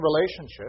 relationship